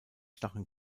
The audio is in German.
starren